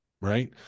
right